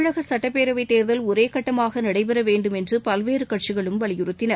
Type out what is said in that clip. தமிழக சட்டப்பேரவை தேர்தல் ஒரே கட்டமாக நடைபெற வேண்டும் என்று பல்வேறு கட்சிகளும் வலியுறுத்தின